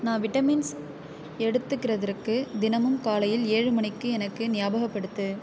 நான் விட்டமின்ஸ் எடுத்துக்கிறதுக்கு தினமும் காலையில் ஏழு மணிக்கு எனக்கு ஞாபகப்படுத்து